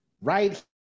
right